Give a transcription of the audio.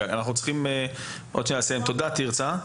תודה, תרצה.